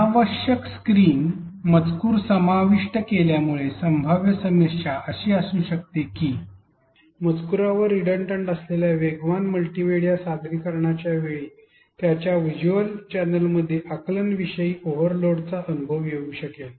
अनावश्यक स्क्रीन मजकूर समाविष्ट केल्यामुळे संभाव्य समस्या अशी असू शकते की मजकुरावर रिडंडंट असलेल्या वेगवान मल्टिमिडीया सादरीकरणाच्या वेळी त्यांच्या व्हिज्युअल चॅनेलमध्ये आकलनविषयक ओव्हरलोडचा अनुभव येऊ शकेल